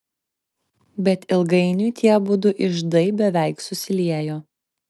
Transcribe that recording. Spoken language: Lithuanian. bet ilgainiui tie abudu iždai beveik susiliejo